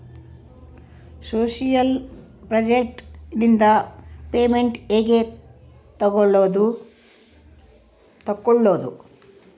Social project ನಿಂದ payment ಹೆಂಗೆ ತಕ್ಕೊಳ್ಳದು?